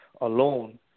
alone